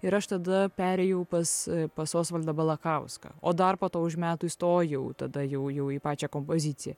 ir aš tada perėjau pas pas osvaldą balakauską o dar po to už metų įstojau tada jau jau į pačią kompoziciją